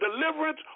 deliverance